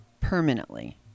permanently